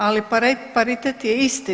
Ali paritet je isti.